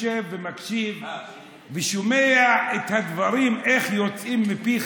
יושב ומקשיב ושומע איך הדברים יוצאים מפיך.